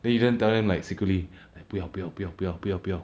then you go and tell them like secretly 不要不要不要不要不要不要